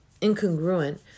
incongruent